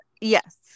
Yes